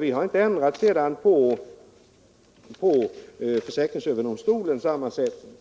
Vi har inte ändrat på försäkringsöverdomstolens sammansättning.